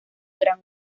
gran